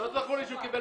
בשיקולים של